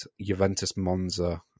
Juventus-Monza